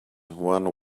one